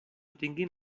tinguin